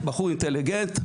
בחור אינטליגנט,